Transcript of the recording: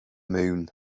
moon